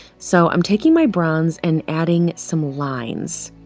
so i'm taking my bronze and adding some lines